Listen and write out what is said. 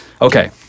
Okay